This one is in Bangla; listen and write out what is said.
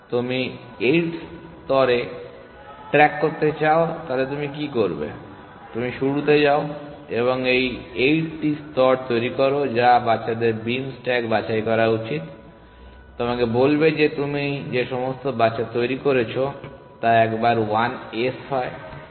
তুমি 8 স্তরে ট্র্যাক করতে চাও তাহলে তুমি কি করবে আপনি শুরুতে যাও এবং 8 টি স্তর তৈরি করো যা বাচ্চাদের বিম স্ট্যাক বাছাই করা উচিত তোমাকে বলবে যে তুমি যে সমস্ত বাচ্চা তৈরি করেছো তা একবার 1s হয়